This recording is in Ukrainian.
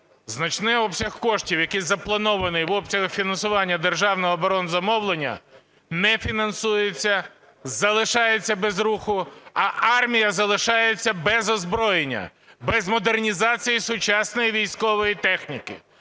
Значний обсяг коштів, який запланований в обсягах фінансування державного оборонзамовлення, не фінансується, залишається без руху, а армія залишається без озброєння, без модернізації сучасної військової техніки.